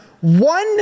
one